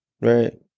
right